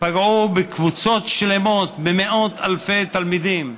פגעו בקבוצות שלמות, במאות אלפי תלמידים?